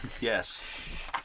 Yes